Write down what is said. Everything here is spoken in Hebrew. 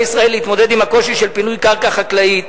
ישראל להתמודד עם הקושי של פינוי קרקע חקלאית